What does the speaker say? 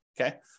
Okay